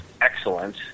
excellent